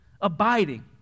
Abiding